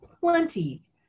plenty